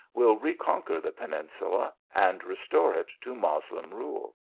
will reconquer the peninsula, and restore it to moslem rule.